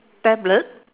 tablet